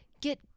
get